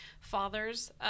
father's